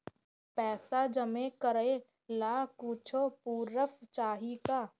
पैसा जमा करे ला कुछु पूर्फ चाहि का?